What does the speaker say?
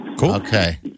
Okay